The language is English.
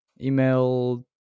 Email